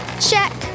Check